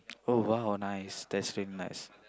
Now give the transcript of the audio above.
oh !wow! nice that's really nice